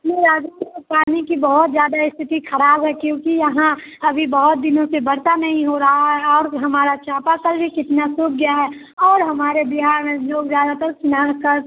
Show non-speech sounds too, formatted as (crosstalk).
(unintelligible) पानी की बहुत ज़्यादा स्थिति ख़राब है क्योंकि यहाँ अभी बहुत दिनों से वर्षा नहीं हो रही है और हमारा चापाकल भी कितना सूख गया है और हमारे बिहार में जो लोग ज़्यादातर सुना कर